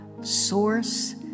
source